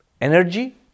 energy